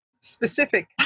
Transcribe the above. specific